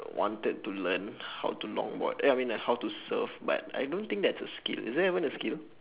wanted to learn how to longboard ya I mean like how to surf but I don't think that is a skill is that even a skill